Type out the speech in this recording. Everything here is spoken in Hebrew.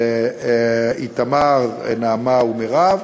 ולאיתמר נעמה ומרב,